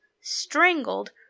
strangled